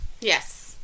Yes